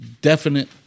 definite